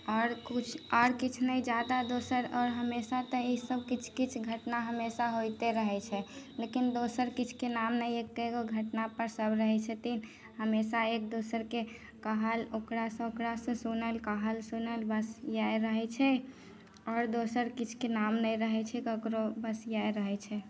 आओर कुछ आओर किछ नहि जादा दोसर आओर हमेशा तऽ ईसब किछु किछु घटना हमेशा होइते रहै छै लेकिन दोसर किछु के नाम नहि एके गो घटना पर सब रहै छथिन हमेशा एक दोसर के कहल ओकरा से ओकरा से सुनल कहल सुनल बस इएह रहै छै आओर दोसर किछु के नाम नहि रहय छै केकरो बस इएह रहै छै